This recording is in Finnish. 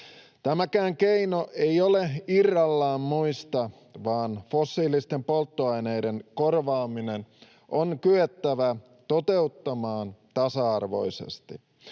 Tämäkään keino ei ole irrallaan muista, vaan fossiilisten polttoaineiden korvaaminen on kyettävä toteuttamaan tasa-arvoisesti.